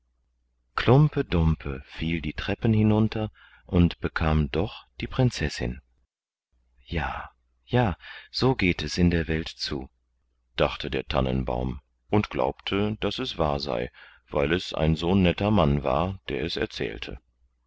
klumpe dumpe fiel die treppen hinunter und bekam doch die prinzessin ja ja so geht es in der welt zu dachte der tannenbaum und glaubte daß es wahr sei weil es ein so netter mann war der es erzählte